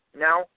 now